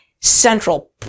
central